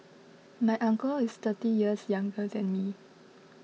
my uncle is thirty years younger than me